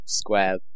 square